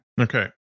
Okay